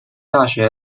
大学